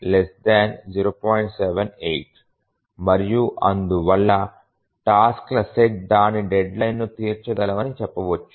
78 మరియు అందువల్ల టాస్క్ల సెట్ దాని డెడ్లైన్ను తీర్చగలవని చెప్పవచ్చు